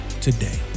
today